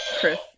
Chris